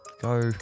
go